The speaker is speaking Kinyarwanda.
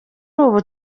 ubu